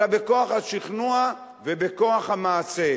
אלא בכוח השכנוע ובכוח המעשה.